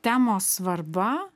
temos svarba